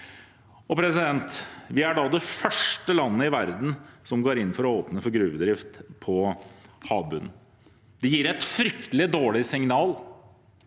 Stortinget. Vi er da det første landet i verden som går inn for å åpne for gruvedrift på havbunnen. Det gir et fryktelig dårlig signal